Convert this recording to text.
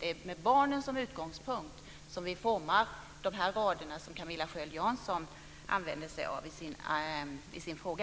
Det är med barnen som utgångspunkt som vi formar de rader som Camilla Sköld Jansson använder sig av i sin fråga.